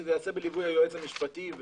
שזה ייעשה בליווי היועץ המשפטי.